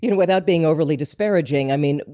you know without being overly disparaging, i mean,